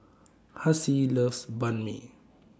Hassie loves Banh MI